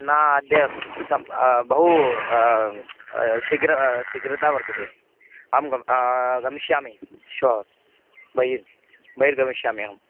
न अद्य सम् बहु शीघ्रं शीघ्रता वर्तते आं गम् गमिष्यामि श्वः बहिर् बहिर्गमिष्यामि अहं